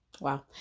wow